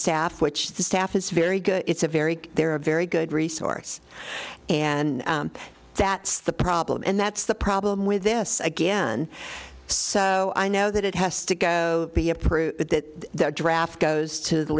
staff which the staff is very good it's a very they're a very good resource and that's the problem and that's the problem with this again so i know that it has to go be approved but that the draft goes to the